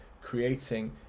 creating